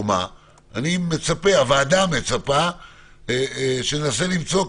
הוועדה מצפה שננסה למצוא,